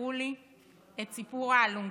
תספרו לי את סיפור האלונקה,